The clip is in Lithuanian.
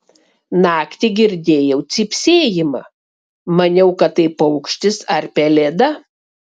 naktį girdėjau cypsėjimą maniau kad tai paukštis ar pelėda